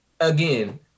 Again